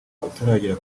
utaragera